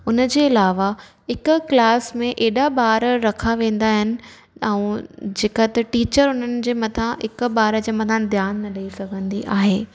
उन जे अलावा हिकु क्लास में एॾा ॿार रखिया वेन्दा अहिनि ऐं जेका त टिचर उन्हनि जे मथां हिकु ॿारु जे मथां ध्यानु न ॾेई सघंदी आहे